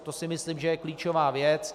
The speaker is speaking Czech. To si myslím, že je klíčová věc.